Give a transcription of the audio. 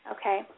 Okay